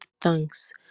thanks